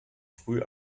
früh